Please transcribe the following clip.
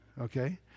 Okay